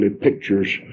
pictures